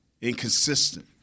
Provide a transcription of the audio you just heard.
inconsistent